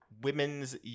women's